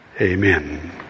Amen